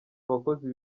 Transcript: abakozi